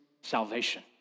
salvation